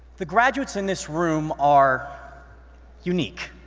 the graduates in this room are unique.